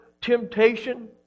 temptation